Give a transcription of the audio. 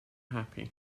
happy